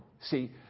See